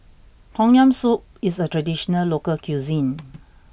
Tom Yam Soup is a traditional local cuisine